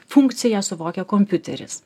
funkciją suvokia kompiuteris